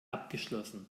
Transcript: abgeschlossen